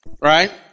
Right